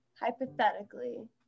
hypothetically